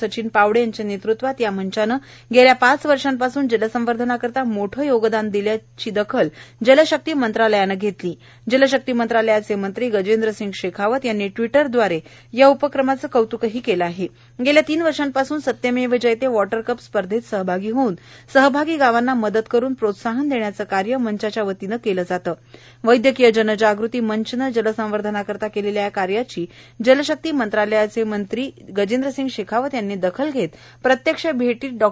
सचिन पावड यांच्या नवृत्वात या मंचानं मागील पाच वर्षापासून जलसंवर्धनाकरिता मोठं योगदान दिल्यानं याची दखल जलशक्ती मंत्रालयाकड्न घप्टयात आली आह जलशक्ती मंत्रालयाच मंत्री गजेंद्रसिंग शख्खावत यांनी टिष्ट्वटरदवार या उपक्रमाच कौतुकही कालं आह मागील तीन वर्षांपासून सत्यमव्व जयत वॉटर कप स्पर्धेत सहभागी होऊन सहभागी गावांना मदत करून प्रोत्साहन दप्प्याच कार्यही मंचच्यावतीनं कालं जात आह वैद्यकीय जनजागृती मंचनं जलसंवर्धनाकरिता कलल्या कार्याची जलशक्ती मंत्रालयाच मंत्री गजेंद्रसिंग शखावत यांनी दखल घत्त प्रत्यक्ष भटीत डॉ